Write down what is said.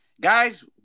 Guys